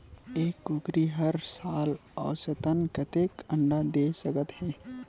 एक कुकरी हर साल औसतन कतेक अंडा दे सकत हे?